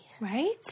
Right